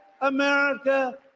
America